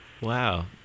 Wow